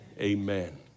amen